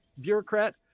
bureaucrat